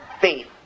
faith